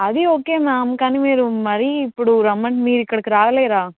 అది okay ma'am కానీ మీరు మరీ ఇప్పుడు రమ్మని మీరు ఇక్కడికి రాలేరా